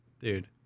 dude